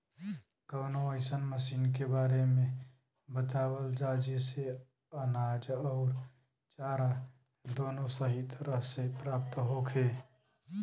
कवनो अइसन मशीन के बारे में बतावल जा जेसे अनाज अउर चारा दोनों सही तरह से प्राप्त होखे?